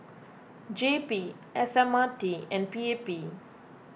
J P S M R T and P A P